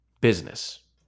business